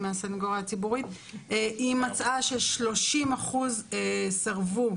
והיא מצאה ש-30% סירבו,